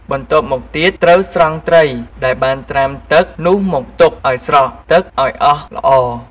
បន្ទាប់មកទៀត ត្រូវស្រង់ត្រីដែលបានត្រាំទឹកនោះមកទុកឱ្យស្រក់ទឹកឱ្យអស់ល្អ។